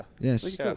Yes